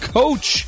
coach